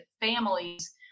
families